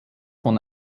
von